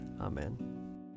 Amen